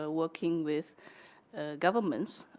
ah working with governments,